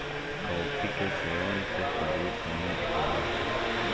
coffee के सेवन से चर्बी कम होब हई